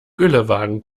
güllewagen